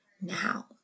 now